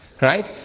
right